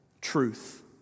truth